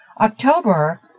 October